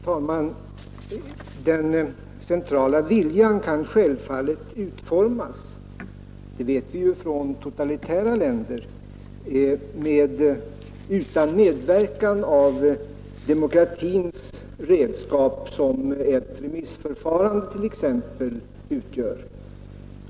Herr talman! Den centrala viljan kan självfallet utformas — det vet vi från totalitära länder — utan den medverkan av demokratins redskap, som ett remissförfarande t.ex. utgör.